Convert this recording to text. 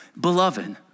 Beloved